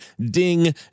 DING